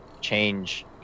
change